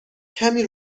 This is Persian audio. کمی